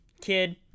kid